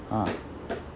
uh